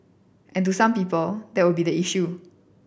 and to some people that would be the issue